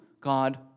God